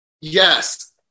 yes